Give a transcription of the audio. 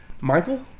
Michael